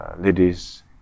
ladies